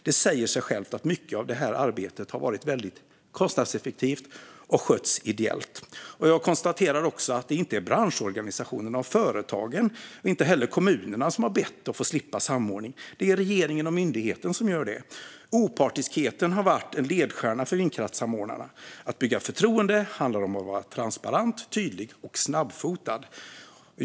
Det säger sig självt att mycket av detta arbete har varit väldigt kostnadseffektivt och skötts ideellt. Jag konstaterar också att det inte är branschorganisationerna eller företagen och inte heller kommunerna som har bett att få slippa samordning. Det är regeringen och myndigheten som gör det. Opartiskhet har varit en ledstjärna för vindkraftssamordnarna. Att bygga förtroende handlar om att vara transparent, tydlig och snabbfotad. Fru talman!